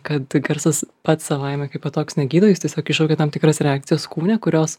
kad garsas pats savaime kaipo toks negydo jis tiesiog iššaukia tam tikras reakcijas kūne kurios